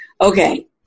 Okay